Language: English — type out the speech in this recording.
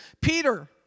Peter